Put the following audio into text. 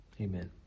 Amen